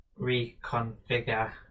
reconfigure